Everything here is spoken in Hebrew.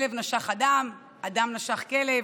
כלב נשך אדם, אדם נשך כלב.